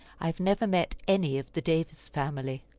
i have never met any of the davis family.